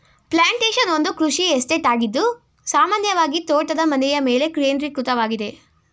plantation ಒಂದು ಕೃಷಿ estate ಆಗಿದ್ದು ಸಾಮಾನ್ಯವಾಗಿತೋಟದ ಮನೆಯಮೇಲೆ ಕೇಂದ್ರೀಕೃತವಾಗಿದೆ